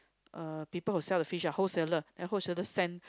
uh people who sell the fish ah wholesaler then wholesaler send